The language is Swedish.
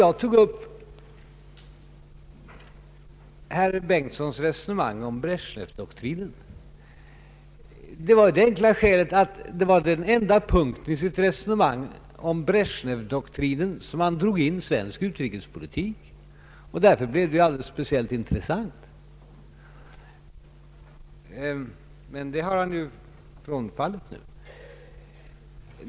Jag tog upp herr Bengtsons resonemang om Brezjnevdoktrinen av det enkla skälet att det var den enda punkten i hans resonemang där han drog in svensk utrikespolitik. Därför blev det alldeles speciellt intressant, men nu har han ju frångått det.